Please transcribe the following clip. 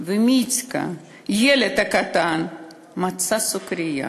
ומיטקה, הילד הקטן, מצא סוכרייה